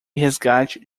resgate